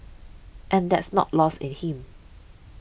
and that's not lost in him